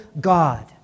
God